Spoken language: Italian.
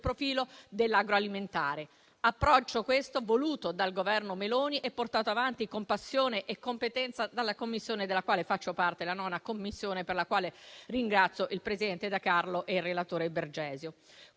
profilo dell'agroalimentare. Questo è un approccio voluto dal Governo Meloni e portato avanti con passione e competenza dalla Commissione della quale faccio parte, la 9a Commissione, per la quale ringrazio il presidente De Carlo e il relatore Bergesio.